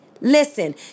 listen